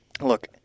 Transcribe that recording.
look